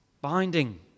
binding